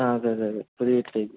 ആ അതെ അതെ അതെ പുതിയൊരു ടൈപ്പ്